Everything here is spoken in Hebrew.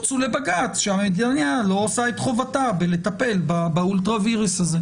רוצו לבג"ץ שהרי --- לא עושה את חובתה לטפל באולטרה וירס הזה.